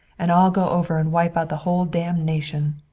and i'll go over and wipe out the whole damned nation.